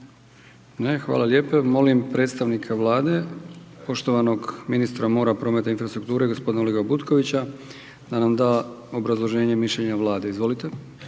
hvala lijepo. Molim predstavnika Vlade, poštovanog ministra mora, prometa, infrastrukture, g. Butkovića da nam da obrazloženje i mišljenje Vlade.